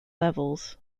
levels